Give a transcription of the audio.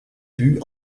buts